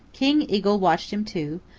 king eagle watched him, too,